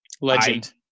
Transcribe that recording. Legend